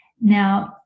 now